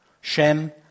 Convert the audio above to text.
Shem